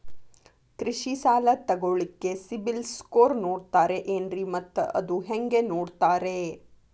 ಕೃಷಿ ಸಾಲ ತಗೋಳಿಕ್ಕೆ ಸಿಬಿಲ್ ಸ್ಕೋರ್ ನೋಡ್ತಾರೆ ಏನ್ರಿ ಮತ್ತ ಅದು ಹೆಂಗೆ ನೋಡ್ತಾರೇ?